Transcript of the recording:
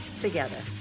together